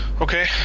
Okay